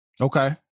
Okay